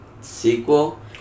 Sequel